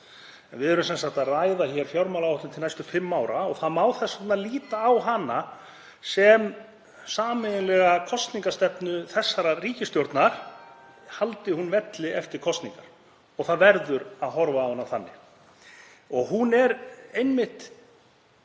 við ræðum sem sagt fjármálaáætlun til næstu fimm ára og má þess vegna líta á hana sem sameiginlega kosningastefnu þessarar ríkisstjórnar, haldi hún velli eftir kosningar, og það verður að horfa á hana þannig. Hún er einmitt